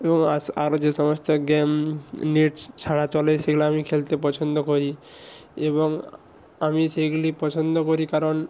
এবং আরো যে সমস্ত গেম নেট ছাড়া চলে সেইগুলো আমি খেলতে পছন্দ করি এবং আমি সেইগুলি পছন্দ করি কারণ